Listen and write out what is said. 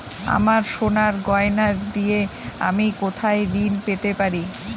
আমার সোনার গয়নার দিয়ে আমি কোথায় ঋণ পেতে পারি?